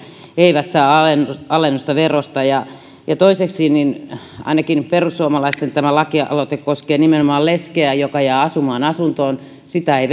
eivät saa alennusta verosta ja ja toiseksi ainakin tämä perussuomalaisten lakialoite koskee nimenomaan leskeä joka jää asumaan asuntoon sitä ei